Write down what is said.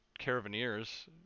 caravaneers